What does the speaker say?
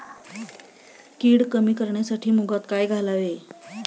कीड कमी करण्यासाठी मुगात काय घालावे?